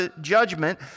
judgment